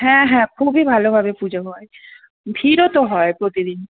হ্যাঁ হ্যাঁ খুবই ভালোভাবে পুজো হয় ভিড়ও তো হয় প্রতিদিন